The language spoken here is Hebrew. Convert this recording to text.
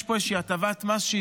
יש פה הטבת מס,